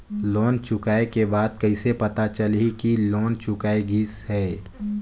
Loan चुकाय के बाद कइसे पता चलही कि लोन चुकाय गिस है?